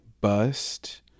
bust